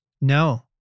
No